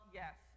yes